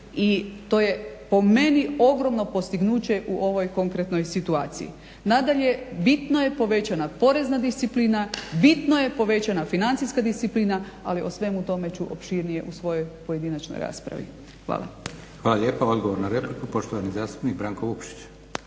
i to je po meni ogromno postignuće u ovoj konkretnoj situaciji. Nadalje, bitno je povećana porezna disciplina, bitno je povećana financijska disciplina ali o svemu tome ću opširnije u svojoj pojedinačnoj raspravi. Hvala. **Leko, Josip (SDP)** Hvala lijepa. Odgovor na repliku poštovani zastupnik Branko Vukšić.